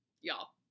Y'all